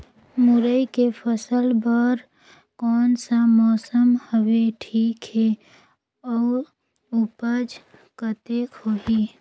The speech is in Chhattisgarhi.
मुरई के फसल बर कोन सा मौसम हवे ठीक हे अउर ऊपज कतेक होही?